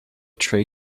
trey